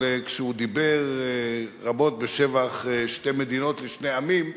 כשהוא דיבר רבות בשבח שתי מדינות לשני עמים,